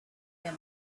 near